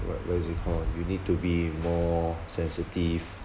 right what is it call you need to be more sensitive